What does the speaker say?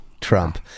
Trump